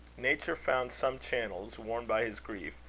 nature found some channels, worn by his grief,